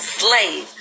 slave